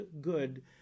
good